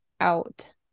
out